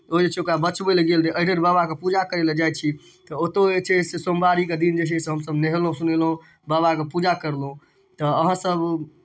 ओ जे छै से ओकरा बचबैले गेल रहै अरिहर बाबाके पूजा करै लेल जाइ छी तऽ ओतहु जे छै से सोमवारीके दिन जे छै से हमसभ नहेलहुँ सुनेलहुँ बाबाके पूजा करलहुँ तऽ अहाँसभ